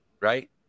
right